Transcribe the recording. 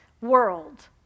world